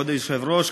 כבוד היושב-ראש,